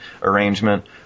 arrangement